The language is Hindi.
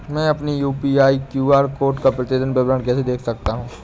मैं अपनी यू.पी.आई क्यू.आर कोड का प्रतीदीन विवरण कैसे देख सकता हूँ?